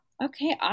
Okay